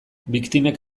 biktimek